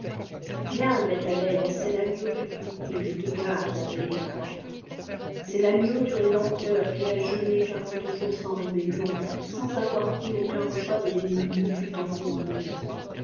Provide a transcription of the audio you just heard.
viens bète à laiiiec'egt r agneau d'humilité je le garde jve maria c'est l'agneau du rédempteur qui a jeûné quarante jours sans rébellion sans avoir pris aucun repas de l'ennemi fut tenté en vérité